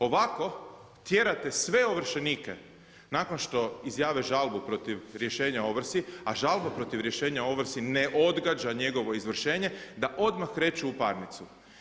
Ovako tjerate sve ovršenike nakon što izjave žalbu protiv rješenja o ovrsi, a žalbu protiv rješenja o ovrsi ne odgađa njegovo izvršenje, da odmah kreću u parnicu.